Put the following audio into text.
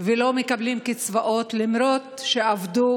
ולא מקבלים קצבאות למרות שעבדו